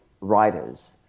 writers